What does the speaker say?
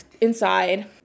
inside